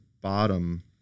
bottom